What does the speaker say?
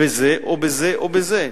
בזה או בזה או בזה?